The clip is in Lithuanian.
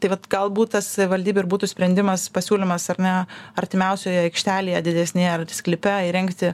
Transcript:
tai vat galbūt tas savivaldybei ir būtų sprendimas pasiūlymas ar ne artimiausioje aikštelėje didesnėje ar sklype įrengti